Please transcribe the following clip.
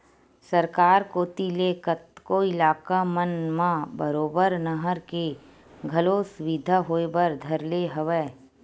सरकार कोती ले कतको इलाका मन म बरोबर नहर के घलो सुबिधा होय बर धर ले हवय